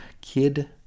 Kid